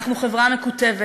אנחנו חברה מקוטבת,